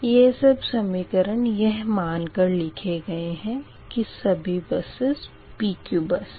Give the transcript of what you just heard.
यह सब समीकरण यह मान कर लिखे गए है के सभी बसस PQ बस है